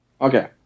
Okay